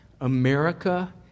America